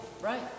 right